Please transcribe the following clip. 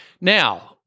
Now